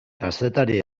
kazetari